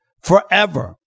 Forever